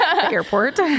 airport